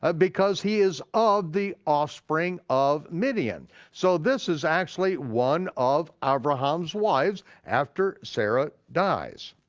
ah because he is of the offspring of midian. so this is actually one of abraham's wives after sarah dies.